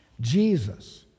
Jesus